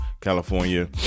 California